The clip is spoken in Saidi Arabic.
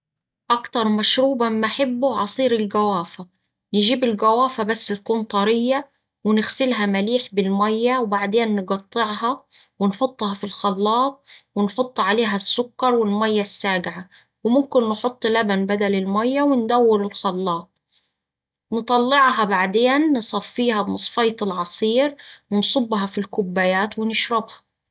أكتر مشروب أما أحبه عصير الجوافة. نجيب الجوافه بس تكون طرية ونغسلها مليح بالميا وبعدين نقطعها ونحطها في الخلاط ونحط عليها السكر والميا الساقعة وممكن نحط لبن بدل الميا وندور الخلاط. نطلعها بعدين نصفيها بمصفاية العصير ونصبها في الكوبايات ونشربها.